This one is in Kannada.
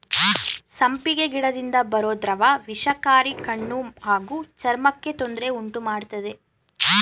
ಸಂಪಿಗೆ ಗಿಡದಿಂದ ಬರೋ ದ್ರವ ವಿಷಕಾರಿ ಕಣ್ಣು ಹಾಗೂ ಚರ್ಮಕ್ಕೆ ತೊಂದ್ರೆ ಉಂಟುಮಾಡ್ತದೆ